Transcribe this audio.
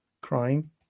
crying